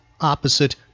opposite